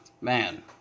man